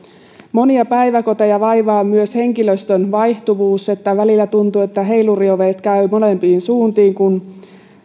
monia päiväkoteja vaivaa myös henkilöstön vaihtuvuus välillä tuntuu että heiluriovet käyvät molempiin suuntiin kun